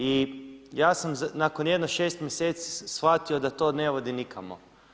I ja sam nakon jedno šest mjeseci shvatio da to ne vodi nikamo.